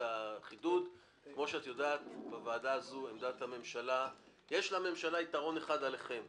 כמו שאת יודעת יש לממשלה יתרון אחד עליכם